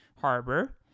harbor